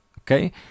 Okay